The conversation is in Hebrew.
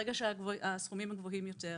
ברגע שהסכומים הם גבוהים יותר,